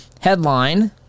Headline